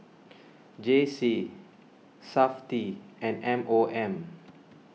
J C SAFTI and M O M